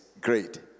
great